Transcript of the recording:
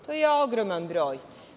To je ogroman broj.